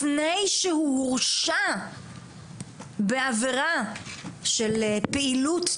לפני שהוא הורשע בעבירה של פעילות טרור,